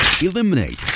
eliminate